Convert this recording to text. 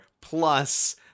plus